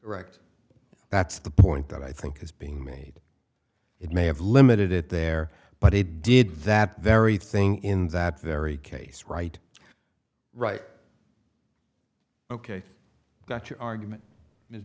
direct that's the point that i think is being made it may have limited it there but it did that very thing in that very case right right ok got your argument is